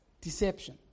Deception